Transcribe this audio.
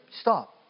stop